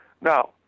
Now